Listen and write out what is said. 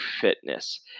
fitness